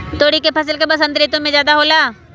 तोरी के फसल का बसंत ऋतु में ज्यादा होला?